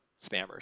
spammers